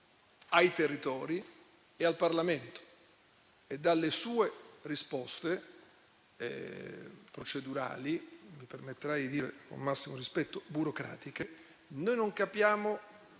ai territori e al Parlamento. Dalle sue risposte procedurali - mi permetterei di dire, con il massimo rispetto - e burocratiche, noi non capiamo